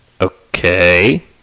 Okay